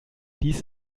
dies